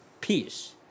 peace